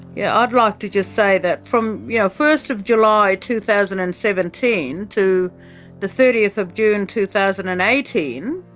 yeah i'd like ah to just say that from yeah first of july two thousand and seventeen to the thirtieth of june two thousand and eighteen,